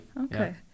okay